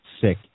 sick